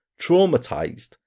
traumatized